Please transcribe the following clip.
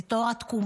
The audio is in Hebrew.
את אור התקומה,